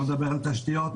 לא מדבר על תשתיות,